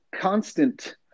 constant